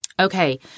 Okay